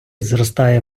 зростає